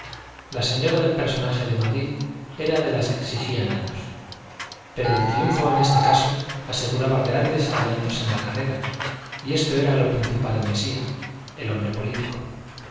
la señora del personaje de madrid era de las que exigían años pero el triunfo en este caso aseguraba grandes adelantos en la carrera y esto era lo principal en mesía el hombre político